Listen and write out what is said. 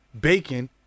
bacon